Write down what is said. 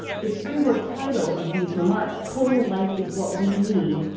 the springboard title of these remarks total life is what we need,